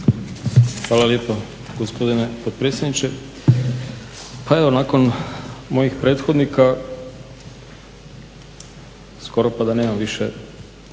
Hvala lijepo gospodine potpredsjedniče. Pa evo nakon mojih prethodnika skoro pa da nemam više